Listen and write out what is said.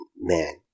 man